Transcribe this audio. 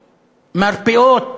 מרפאות,